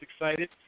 excited